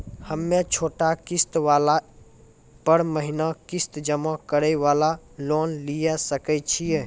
हम्मय छोटा किस्त वाला पर महीना किस्त जमा करे वाला लोन लिये सकय छियै?